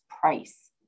price